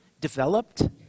developed